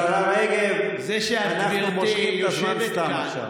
השרה רגב, אנחנו מושכים את הזמן סתם עכשיו.